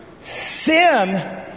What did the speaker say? sin